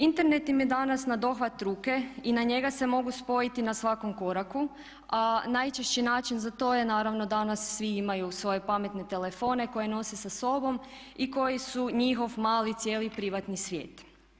Internet im je danas na dohvat ruke i na njega se mogu spojiti na svakom koraku a najčešći način za to je naravno danas svi imaju svoje pametne telefone koje nose sa sobom i koji su njihov mali cijeli privatni svijet.